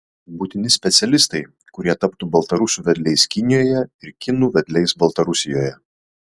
būtini specialistai kurie taptų baltarusių vedliais kinijoje ir kinų vedliais baltarusijoje